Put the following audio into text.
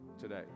today